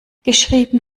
geschrieben